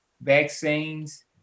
vaccines